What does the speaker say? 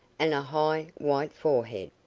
and a high, white forehead.